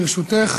לרשותך,